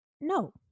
no